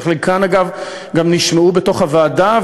וחלקן אגב גם נשמעו בתוך הוועדה,